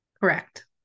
Correct